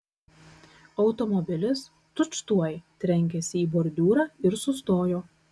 automobilis tučtuoj trenkėsi į bordiūrą ir sustojo